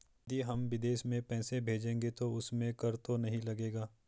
यदि हम विदेश में पैसे भेजेंगे तो उसमें कर तो नहीं लगेगा?